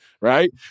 right